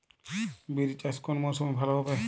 বিরি চাষ কোন মরশুমে ভালো হবে?